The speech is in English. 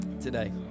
today